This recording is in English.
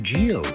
Geo